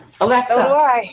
Alexa